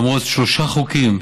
למרות שלושה חוקים,